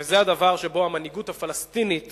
וזה הדבר שבו המנהיגות הפלסטינית